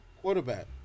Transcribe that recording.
quarterback